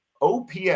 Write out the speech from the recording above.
OPS